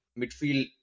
midfield